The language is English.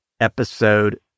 episode